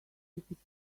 tickets